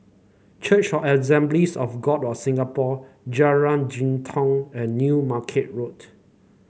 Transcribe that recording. Church of Assemblies of God of Singapore Jalan Jitong and New Market Road